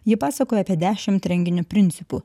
ji pasakoja apie dešim renginio principų